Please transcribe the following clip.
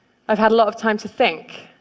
i've had a lot of time to think.